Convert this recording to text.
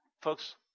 Folks